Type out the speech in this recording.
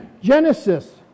Genesis